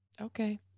okay